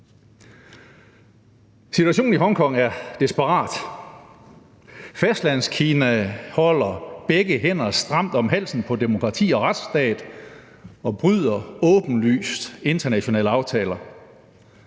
Situationen i Hongkong er desperat. Fastlandskina holder begge hænder stramt om halsen på demokratiet og retsstaten og bryder åbenlyst internationale aftaler.